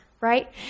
right